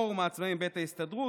פורום העצמאים מבית ההסתדרות,